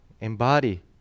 embody